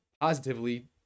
positively